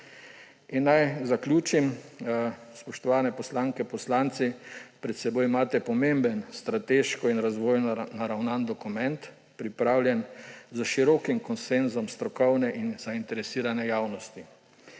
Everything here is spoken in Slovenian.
Naj zaključim, spoštovane poslanke, poslanci. Pred seboj imate pomemben strateško in razvojno naravnan dokument, pripravljen s širokim konsenzom strokovne in zainteresirane javnosti.